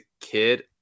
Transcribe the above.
kid